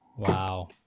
wow